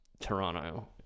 Toronto